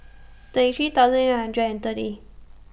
thirty three thousand eight hundred and thirty